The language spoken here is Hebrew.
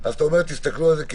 אז למה רשמתם?